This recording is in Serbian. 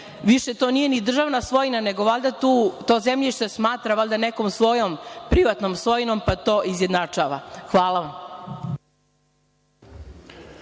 više to nije državna svojina, nego valjda to zemljište smatra privatnom svojinom, pa to izjednačava. Hvala.